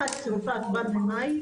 אחת כבר מחודש מאי,